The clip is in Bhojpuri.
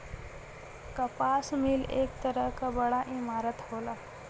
कपास मिल एक तरह क बड़ा इमारत होला